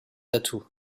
atouts